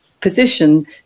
position